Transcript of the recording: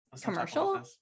commercial